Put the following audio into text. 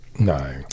no